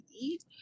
eat